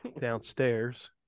downstairs